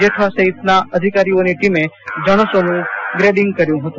જેઠવા સહિતના અધિકારીઓનો ટીમે જણસનું ગડીંગ કર્યું હતં